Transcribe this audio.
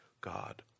God